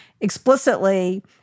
explicitly